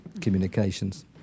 communications